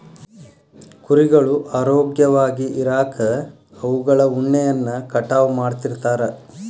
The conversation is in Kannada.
ಕುರಿಗಳು ಆರೋಗ್ಯವಾಗಿ ಇರಾಕ ಅವುಗಳ ಉಣ್ಣೆಯನ್ನ ಕಟಾವ್ ಮಾಡ್ತಿರ್ತಾರ